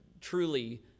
truly